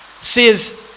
says